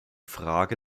frage